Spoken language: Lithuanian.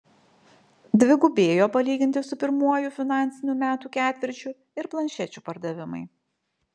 dvigubėjo palyginti su pirmuoju finansinių metų ketvirčiu ir planšečių pardavimai